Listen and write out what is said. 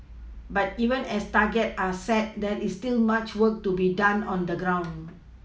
but even as targets are set there is still much work to be done on the ground